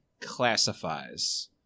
classifies